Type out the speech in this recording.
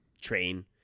train